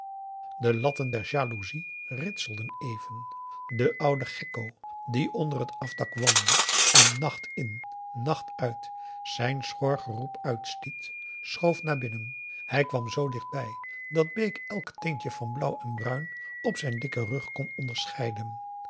de latten der jaloezie ritselden even de oude gekko die onder het afdak woonde en nacht in nacht uit zijn schor geroep uitstiet schoof naar augusta de wit orpheus in de dessa binnen hij kwam zoo dicht bij dat bake elk tintje van blauw en bruin op zijn dikken rug kon onderscheiden